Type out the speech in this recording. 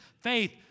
faith